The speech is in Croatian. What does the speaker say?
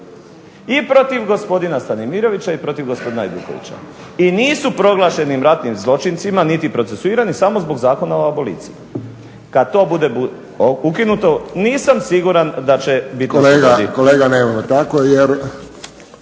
I protiv gospodina Stanimirovića i protiv gospodina Ajdukovića. I nisu proglašeni ratnim zločincima niti procesuirani samo zbog Zakona o aboliciji. Kad to bude ukinuto nisam siguran da će biti **Friščić, Josip